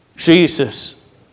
Jesus